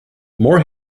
more